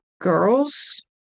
girls